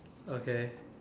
okay